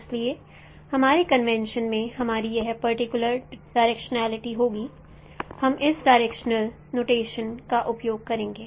इसलिए हमारे कन्वेंशन में हमारी यह पर्टिकुलर डायरेक्शनलीटी होगी हम इस डायरेक्शनल नोटेशनस का उपयोग करेंगे